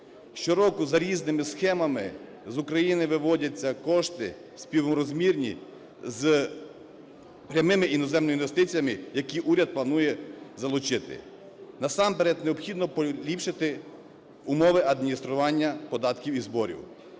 Щороку за різними схема з України виводяться кошти, співрозмірні з прямими іноземними інвестиціями, які уряд планує залучити. Насамперед необхідно поліпшити умови адміністрування податків і зборів,